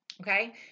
Okay